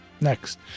Next